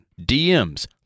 DMs